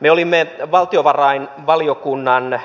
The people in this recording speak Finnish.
me olimme valtiovarainvaliokunnan